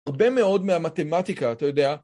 הרבה מאוד מהמתמטיקה, אתה יודע.